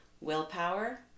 Willpower